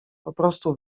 poprostu